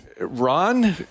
Ron